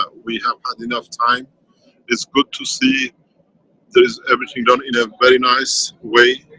ah we have had enough time is good to see there is everything done in a very nice way,